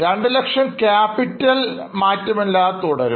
200000 capital മാറ്റമില്ലാതെ തുടരുന്നു